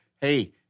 hey